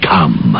Come